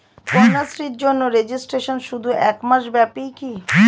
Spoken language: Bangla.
কন্যাশ্রীর জন্য রেজিস্ট্রেশন শুধু এক মাস ব্যাপীই কি?